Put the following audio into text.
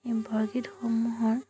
এই বৰগীতসমূহৰ